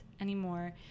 anymore